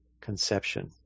conception